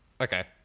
Okay